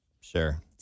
Sure